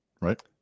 right